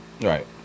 right